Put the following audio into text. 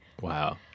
Wow